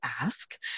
ask